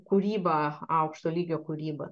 kūryba aukšto lygio kūryba